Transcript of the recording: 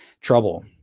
trouble